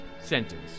Sentence